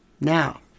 Now